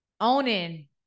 owning